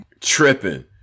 Tripping